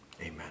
amen